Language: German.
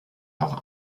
auch